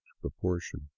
proportion